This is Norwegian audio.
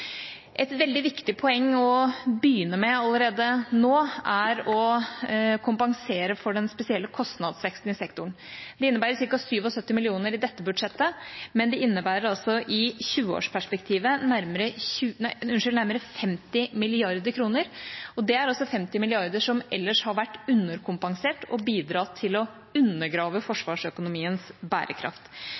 Et veldig viktig poeng å begynne med allerede nå er å kompensere for den spesielle kostnadsveksten i sektoren. Det innebærer ca. 77 mill. kr i dette budsjettet, men det innebærer i 20-årsperspektivet nærmere 50 mrd. kr. Det er altså 50 mrd. kr som ellers hadde vært underkompensert og bidratt til å undergrave forsvarsøkonomiens bærekraft.